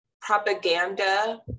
propaganda